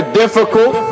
difficult